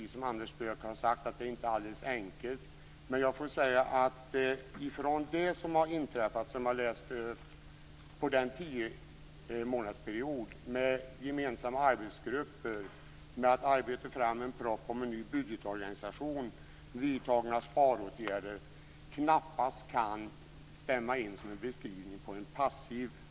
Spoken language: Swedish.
Som Anders Björck har sagt är det inte alldeles enkelt. Men det som har inträffat under den här tiomånadersperioden, med gemensamma arbetsgrupper, med en framarbetad propp om en ny budgetorganisation och med vidtagna sparåtgärder, stämmer knappast in på beskrivningen av försvarsministern som passiv.